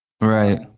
Right